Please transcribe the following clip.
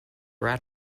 rat